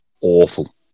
awful